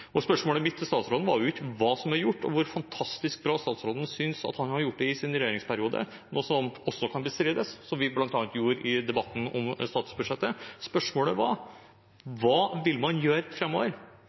fylkeskommunene. Spørsmålet mitt til statsråden var ikke hva som er gjort, og hvor fantastisk bra statsråden synes han har gjort det i sin regjeringsperiode – noe som også kan bestrides, slik vi bl.a. gjorde i debatten om statsbudsjettet. Spørsmålet var: